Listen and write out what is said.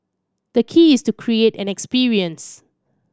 the key is to create an experience